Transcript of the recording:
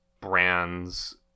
brands